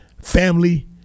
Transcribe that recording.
family